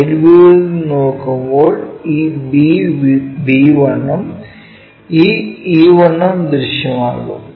side വ്യൂവിൽ നിന്ന് നോക്കുമ്പോൾ ഈ B B1 ഉം E E1 ഉം ദൃശ്യമാകും